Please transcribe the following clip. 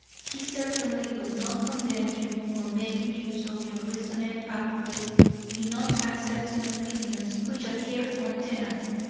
he certainly will not condemn you for making use of your reasoning faculties in not accepting opinions which appear untenable.